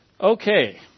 Okay